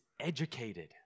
educated